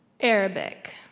Arabic